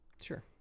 Sure